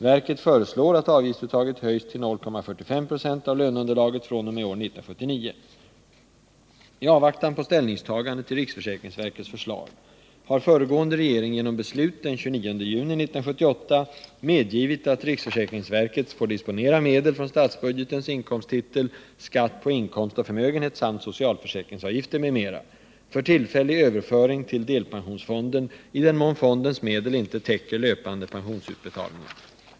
Verket föreslår att avgiftsuttaget höjs till 0,45 96 av löneunderlaget fr.o.m. år 1979. I avvaktan på ställningstagande till riksförsäkringsverkets förslag har föregående regering genom beslut den 29 juni 1978 medgivit att riksförsäkringsverket får disponera medel från statsbudgetens inkomsttitel Skatt på inkomst och förmögenhet samt socialförsäkringsavgifter m.m. för tillfällig överföring till delpensionsfonden i den mån fondens medel inte täcker löpande pensionsutbetalningar.